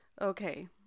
Okay